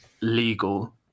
legal